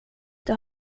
det